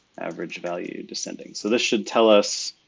average value descending. so this should tell us